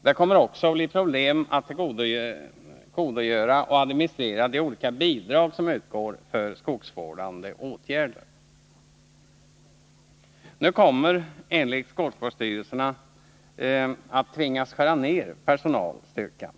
Det kommer också att bli problem med att fördela och administrera de olika bidrag som utgår för skogsvårdande åtgärder. Man kommer enligt skogsvårdsstyrelserna att tvingas skära ner personalstyrkan.